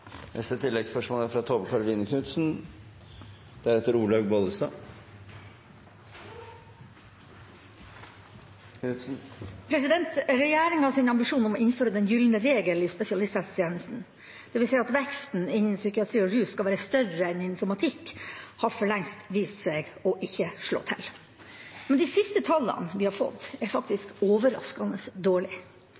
Tove Karoline Knutsen – til oppfølgingsspørsmål. Regjeringens ambisjon om å innføre den gylne regel i spesialisthelsetjenesten, det vil si at veksten innen psykiatri og rusområdet skal være større enn innen somatikk, har for lengst vist seg ikke å slå til. De siste tallene vi har fått, er